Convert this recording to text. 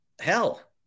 hell